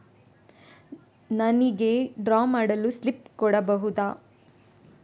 ನನಿಗೆ ಡ್ರಾ ಮಾಡಲು ಸ್ಲಿಪ್ ಕೊಡ್ಬಹುದಾ?